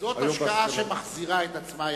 זאת השקעה שמחזירה את עצמה.